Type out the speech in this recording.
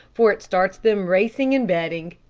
for it starts them racing and betting.